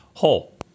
hole